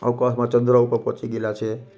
અવકાશમાં ચંદ્ર ઉપર પહોંચી ગયેલા છે